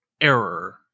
error